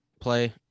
play